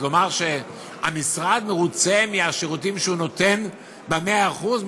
אז לומר שהמשרד מרוצה מהשירותים שהוא נותן במאה אחוז,